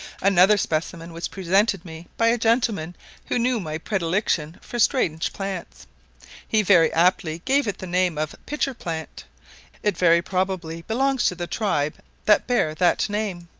another specimen was presented me by a gentleman who knew my predilection for strange plants he very aptly gave it the name of pitcher-plant it very probably belongs to the tribe that bear that name.